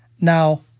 Now